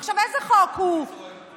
עכשיו, איזה חוק הוא מחרים?